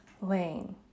lane